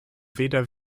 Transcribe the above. weder